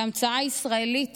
המצאה ישראלית